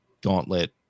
gauntlet